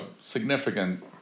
significant